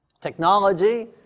technology